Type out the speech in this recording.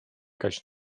kać